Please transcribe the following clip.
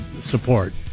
support